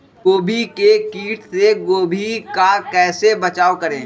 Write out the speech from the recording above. गोभी के किट से गोभी का कैसे बचाव करें?